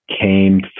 came